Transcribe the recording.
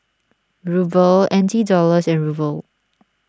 Ruble N T Dollars and Ruble